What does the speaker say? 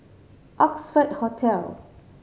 Oxford Hotel